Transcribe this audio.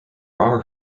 are